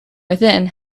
within